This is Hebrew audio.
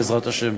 בעזרת השם.